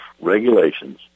regulations